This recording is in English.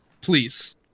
please